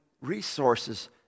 resources